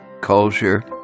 culture